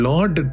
Lord